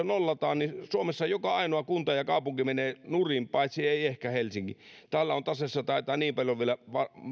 nollataan suomessa joka ainoa kunta ja kaupunki menee nurin paitsi ehkä helsinki täällä taitaa taseessa olla vielä niin paljon